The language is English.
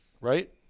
right